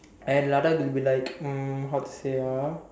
and ladakh will be like um how to say ah